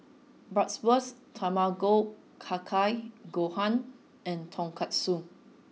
Bratwurst Tamago Kake Gohan and Tonkatsu